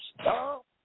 stop